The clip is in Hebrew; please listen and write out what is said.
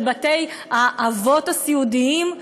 של בתי-האבות הסיעודיים,